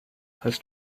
has